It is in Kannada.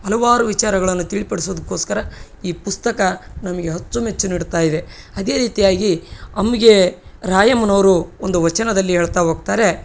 ಹಲವಾರು ವಿಚಾರಗಳನ್ನು ತಿಳಿಪಡಿಸೋದಕ್ಕೋಸ್ಕರ ಈ ಪುಸ್ತಕ ನಮಗೆ ಅಚ್ಚು ಮೆಚ್ಚು ನೀಡುತ್ತಾ ಇದೆ ಅದೇ ರೀತಿಯಾಗಿ ಅಮುಗೆ ರಾಯಮ್ಮನವರು ಒಂದು ವಚನದಲ್ಲಿ ಹೇಳ್ತಾ ಹೋಗ್ತಾರೆ